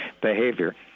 behavior